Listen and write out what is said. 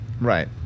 Right